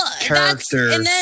character